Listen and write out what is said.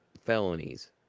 felonies